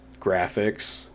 graphics